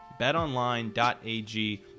BetOnline.ag